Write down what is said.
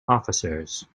officers